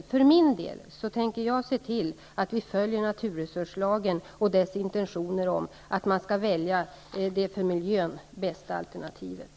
Jag för min del tänker se till att vi följer naturresurslagen och dess intentioner att man skall välja det för miljön bästa alternativet.